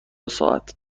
ساعت